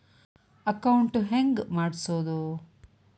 Account ಹೆಂಗ್ ಮಾಡ್ಸೋದು?